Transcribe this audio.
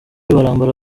barambara